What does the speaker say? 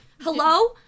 Hello